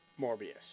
Morbius